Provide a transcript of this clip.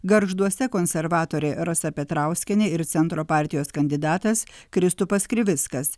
gargžduose konservatorė rasa petrauskienė ir centro partijos kandidatas kristupas krivickas